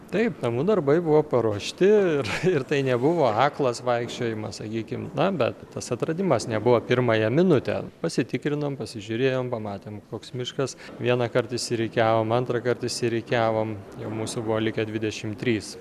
taip namų darbai buvo paruošti ir ir tai nebuvo aklas vaikščiojimas sakykim na bet tas atradimas nebuvo pirmąją minutę pasitikrinom pasižiūrėjom pamatėm koks miškas vienąkart išsirikiavom antrąkart išsirikiavom jau mūsų buvo likę dvidešim trys